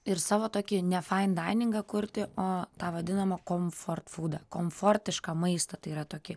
ir savo tokį ne faindainingą kurti o tą vadinamą komfortfūdą komfortišką maistą tai yra tokį